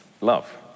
love